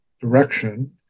direction